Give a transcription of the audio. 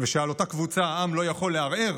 ושעל אותה קבוצה העם לא יכול לערער